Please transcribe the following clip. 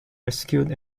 rescued